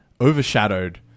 overshadowed